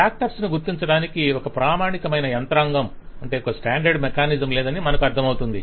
actors ను గుర్తించడానికి ఒక ప్రామాణికమైన యంత్రాంగం లేదని మనకు అర్ధమవుతుంది